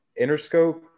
Interscope